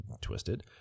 twisted